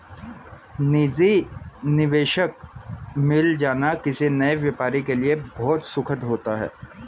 निजी निवेशक मिल जाना किसी नए व्यापारी के लिए बहुत सुखद होता है